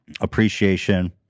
appreciation